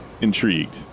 intrigued